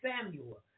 Samuel